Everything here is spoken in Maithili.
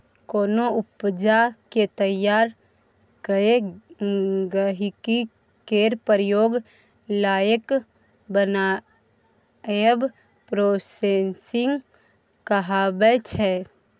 कोनो उपजा केँ तैयार कए गहिंकी केर प्रयोग लाएक बनाएब प्रोसेसिंग कहाबै छै